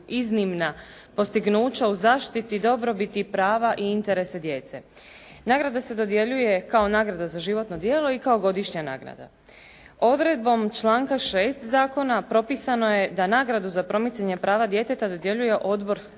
iznimna postignuća u zaštiti, dobrobiti i prava i interesa djece. Nagrada se dodjeljuje kao nagrada za životno djelo i kao godišnja nagrada. Odredbom članka 6. zakona propisano je da nagradu za promicanje prava djeteta dodjeljuje Odbor